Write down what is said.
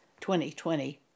2020